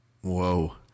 Whoa